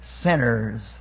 sinners